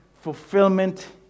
fulfillment